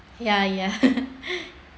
ya ya